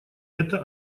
это